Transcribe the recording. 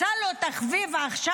מצא לו עכשיו תחביב חדש,